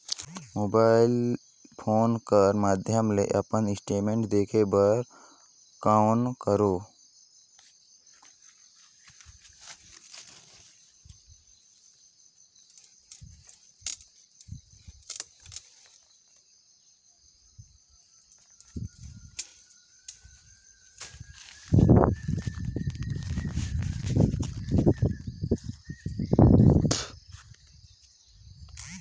Mobile phone कर माध्यम ले अपन स्टेटमेंट देखे बर कौन करों?